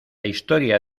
historia